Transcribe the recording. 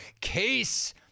case